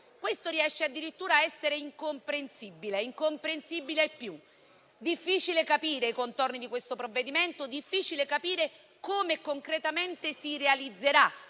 riesce addirittura ad essere incomprensibile ai più. Difficile capire i contorni di questo provvedimento e difficile capire come concretamente si realizzerà.